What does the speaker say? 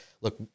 look